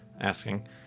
asking